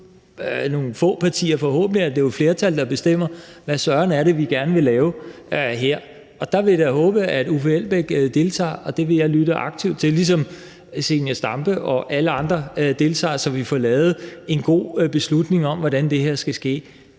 nogle få partier, forhåbentlig er det jo flertallet, der bestemmer, hvad søren det er, vi gerne vil lave her, og der vil jeg da håbe, at Uffe Elbæk deltager, og det vil jeg lytte aktivt til, ligesom Zenia Stampe og alle andre deltager, i øvrigt også ordføreren